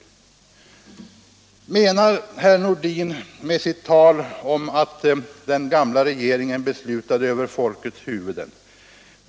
Vad menar herr Nordin med sitt tal om att den gamla regeringen beslutade över folkets huvuden?